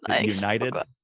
united